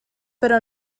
però